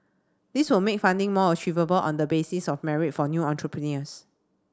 this will make funding more achievable on the basis of merit for new entrepreneurs